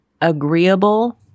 agreeable